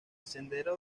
sendero